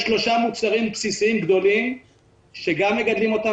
יש שלושה מוצרים בסיסיים גדולים שגם מגדלים אותם